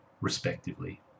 respectively